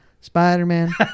Spider-Man